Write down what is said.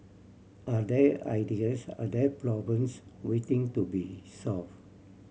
are there ideas are there problems waiting to be solved